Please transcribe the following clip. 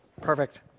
Perfect